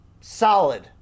solid